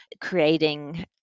creating